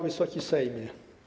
Wysoki Sejmie!